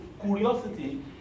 curiosity